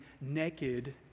naked